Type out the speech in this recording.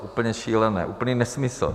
Úplně šílené, úplný nesmysl.